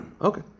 Okay